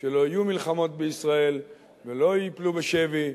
שלא יהיו מלחמות בישראל, ולא ייפלו בשבי,